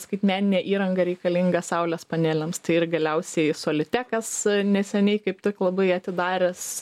skaitmeninę įrangą reikalingą saulės panelėms tai ir galiausiai solitekas neseniai kaip tik labai atidaręs